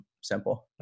simple